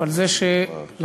לי,